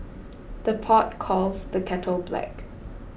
the pot calls the kettle black